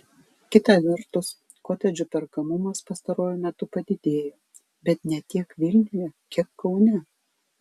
kita vertus kotedžų perkamumas pastaruoju metu padidėjo bet ne tiek vilniuje kiek kaune